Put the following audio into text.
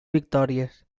victòries